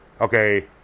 okay